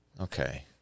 Okay